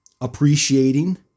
appreciating